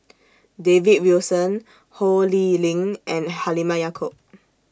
David Wilson Ho Lee Ling and Halimah Yacob